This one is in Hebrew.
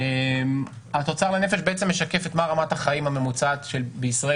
התוצר לנפש משקף מה רמת החיים הממוצעת בישראל